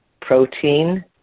protein